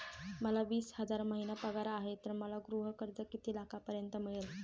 मला वीस हजार महिना पगार आहे तर मला गृह कर्ज किती लाखांपर्यंत मिळेल?